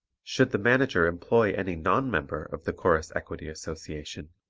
should the manager employ any non-member of the chorus equity association,